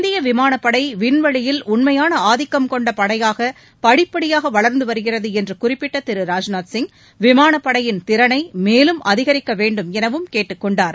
இந்திய விமானப்படை விண்வெளியில் உண்மையான ஆதிக்கம் கொண்ட படையாக படிப்படியாக வளர்ந்து வருகிறது என்று குறிப்பிட்ட திரு ராஜ்நாத்சிங் விமானப்படையின் திறனை மேலும் அதிகரிக்க வேண்டும் எனவும் கேட்டுக் கொண்டார்